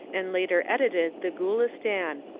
and later edited the gulistan.